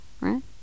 right